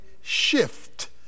shift